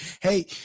hey